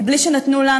מבלי שנתנו לנו,